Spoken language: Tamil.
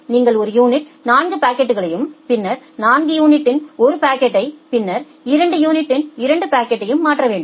நீங்கள் ஒரு யூனிட்டின் 4 பாக்கெட்களையும் பின்னர்4 யூனிட்டின் 1 பாக்கெட்யை பின்னர் 2 யூனிடின் 2 பாக்கெட்களையும் மாற்ற வேண்டும்